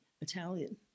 Italian